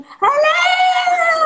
hello